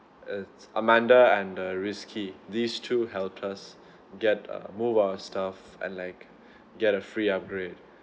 it's amanda and uh reski these two helped us get uh moved our stuff and like get a free upgrade